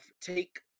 Take